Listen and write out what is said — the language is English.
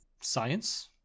science